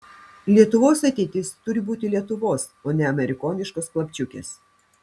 lietuvos ateitis turi būti lietuvos o ne amerikoniškos klapčiukės